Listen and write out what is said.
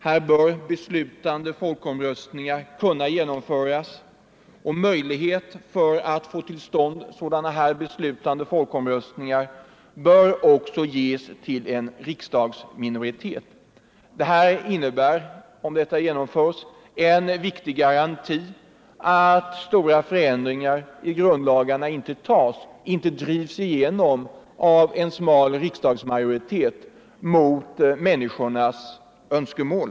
Här bör beslutande folkomröstningar kunna genomföras, och möjlighet att få till stånd sådana bör också ges till en riksdagsminoritet. Det innebär, om förslaget genomförs, en viktig garanti för att stora förändringar i grundlagarna inte drivs igenom av en smal riksdagsmajoritet mot medborgarnas önskemål.